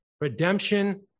Redemption